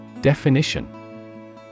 Definition